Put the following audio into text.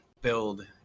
build